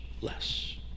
less